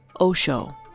Osho